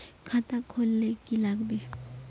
खाता खोल ले की लागबे?